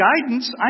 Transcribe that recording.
guidance